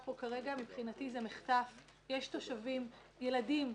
ילדים שנמצאים בבית ספר, 250 מטר מהמסלולים.